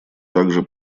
также